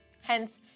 Hence